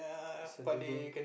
is a Lego